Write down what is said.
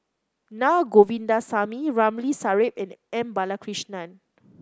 Naa Govindasamy Ramli Sarip and M Balakrishnan